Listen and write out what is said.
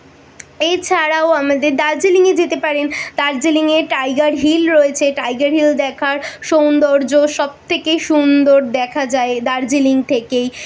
এছাড়াও আমাদের দার্জিলিংয়ে যেতে পারেন দার্জিলিংয়ে টাইগার হিল রয়েছে টাইগার হিল দেখার সৌন্দর্য সবথেকে সুন্দর দেখা যায় দার্জিলিং থেকেই